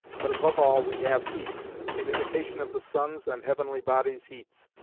but above all, we have heats, in imitation of the sun's and heavenly bodies' heats,